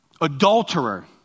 adulterer